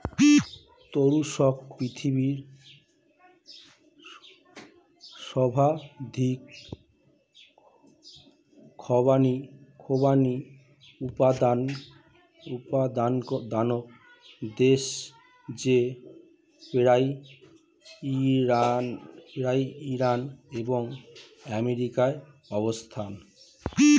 তুরস্ক পৃথিবীর সর্বাধিক খোবানি উৎপাদক দেশ যার পরেই ইরান এবং আর্মেনিয়ার অবস্থান